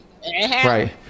right